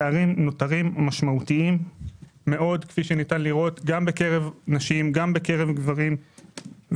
הפערים נותרים משמעותיים גם בקרב נשים וגם בקרב גברים,